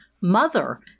mother